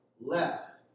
less